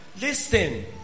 Listen